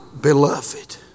beloved